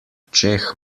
očeh